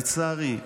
לצערי,